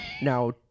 Now